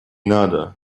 надо